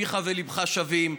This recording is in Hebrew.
פיך ולבך שווים.